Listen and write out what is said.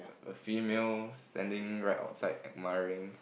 a female standing right out side admiring